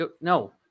No